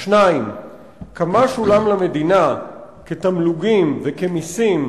2. כמה שולם למדינה כתמלוגים וכמסים